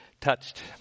Touched